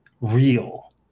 real